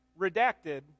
Redacted